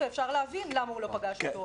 ואפשר להבין למה הוא לא פגש אותו.